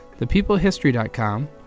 ThepeopleHistory.com